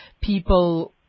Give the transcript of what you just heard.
people